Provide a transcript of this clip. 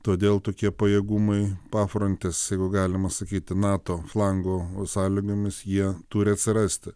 todėl tokie pajėgumai pafrontės jeigu galima sakyti nato flango sąlygomis jie turi atsirasti